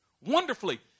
wonderfully